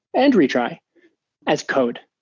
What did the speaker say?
and retry as code,